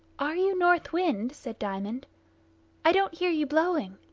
are you north wind? said diamond i don't hear you blowing.